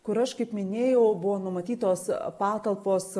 kur aš kaip minėjau buvo numatytos patalpos